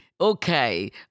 okay